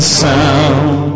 sound